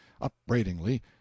upbraidingly